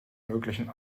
möglichen